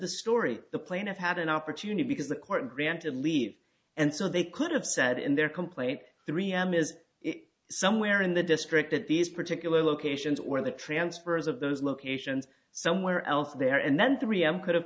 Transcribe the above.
the story the plaintiff had an opportunity because the court granted leave and so they could have said in their complaint three m is it somewhere in the district at these particular locations or the transfers of those locations somewhere else there and then three m could have